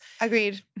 Agreed